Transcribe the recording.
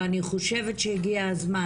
ואני חושבת שהגיע הזמן,